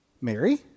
Mary